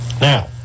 now